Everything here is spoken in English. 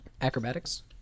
acrobatics